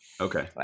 Okay